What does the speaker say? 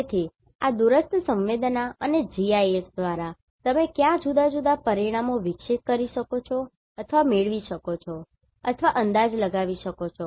તેથી આ દૂરસ્થ સંવેદનાઅને GIS દ્વારા તમે કયા જુદા જુદા પરિમાણો વિકસિત કરી શકો છો અથવા મેળવી શકો છો અથવા અંદાજ લગાવી શકો છો